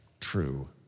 true